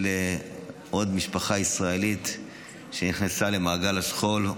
עוד משפחה ישראלית שנכנסה למעגל השכול,